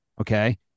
Okay